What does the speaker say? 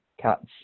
Cats